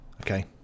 Okay